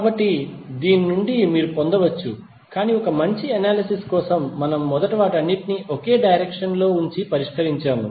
కాబట్టి దీని నుండి మీరు పొందవచ్చు కానీ మంచి అనాలిసిస్ కోసం మనము మొదట వాటన్నింటినీ ఒకే డైరెక్షన్ లో ఉంచి పరిష్కరించాము